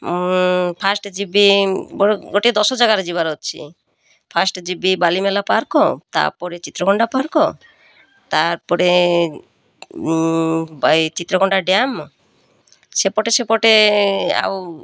ମୁଁ ଫାଷ୍ଟ ଯିବି ଗୋଟ ଗୋଟିଏ ଦଶ ଜାଗାରେ ଯିବାର ଅଛି ଫାଷ୍ଟ ଯିବି ବାଲିମେଲା ପାର୍କ ତା'ପରେ ଚିତ୍ରକୋଣ୍ଡା ପାର୍କ ତା'ପରେ ଚିତ୍ରକୋଣ୍ଡା ଡ୍ୟାମ ସେପଟେ ସେପଟେ ଆଉ